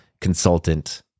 consultant